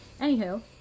anywho